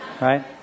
right